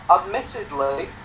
admittedly